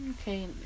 okay